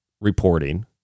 reporting